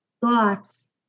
thoughts